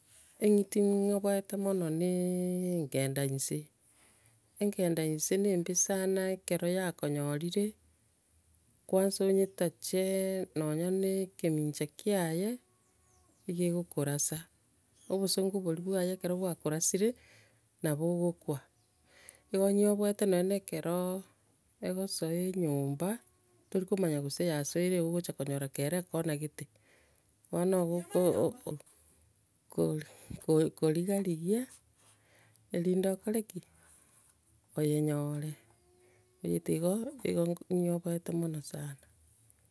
Eng'iti ng'oboete mono, ne e- enkenda inse, enkenda inse, ne mbe sana ekero yakonyorire, kwanza onyetache nonye nekemincha kiaye kiaye, igaeoko korasa. Obosongo boria buaye ekero bwakorasire, nabo ogokwa. Igo nyioboete noonye kero egosoa enyomba, torikomanya gose yasoire, eyiogocha konyora kere ekona gete. Bono eigo oko oko- kor- ko- korigarigia, erinde okore ki? Oyenyore. Eng'iti igo, igo, igo- nko- nyieoboete mono sana.